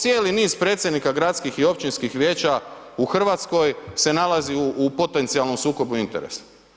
Cijeli niz predsjednika gradskih i općinskih vijeća u RH se nalazi u potencijalnom sukobu interesa.